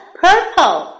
purple